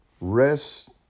rest